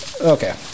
okay